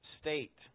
state